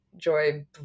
Joy